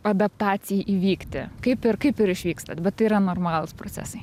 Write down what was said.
adaptacijai įvykti kaip ir kaip ir išvykstant bet tai yra normalūs procesai